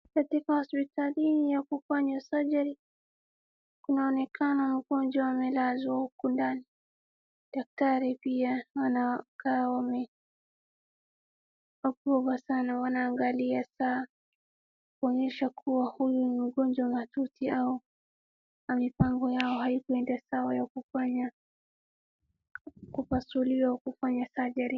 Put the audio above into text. Kati hospitali hii wako kwenye surgery kunaonekana mgonjwa amelazwa huku ndani. Daktari pia wanakaa wameona sana wakiangalia saa kuonyesha kuwa huu ni ugonjwa mahatuti au mipango yao haikwenda sawa ya kufanya kupasuliwa kufanya surgery .